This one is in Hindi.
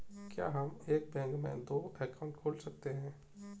क्या हम एक बैंक में दो अकाउंट खोल सकते हैं?